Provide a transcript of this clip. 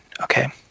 Okay